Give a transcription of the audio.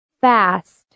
Fast